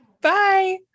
Bye